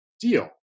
deal